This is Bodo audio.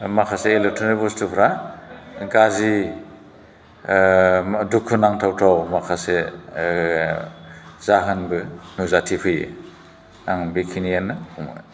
माखासे एलेकट्र'निक बुस्तुफोरा गाज्रि दुखु नांथावथाव माखासे जाहोनबो नुजाथिफैयो आङो बेखिनियानो बुंबाय